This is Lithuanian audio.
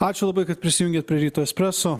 ačiū labai kad prisijungėt prie ryto espreso